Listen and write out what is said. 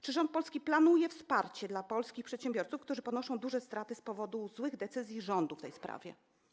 Czy rząd polski planuje wsparcie dla polskich przedsiębiorców, którzy ponoszą duże straty z powodu złych decyzji rządu w tej sprawie?